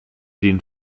den